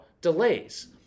delays